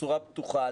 בצורה בטוחה,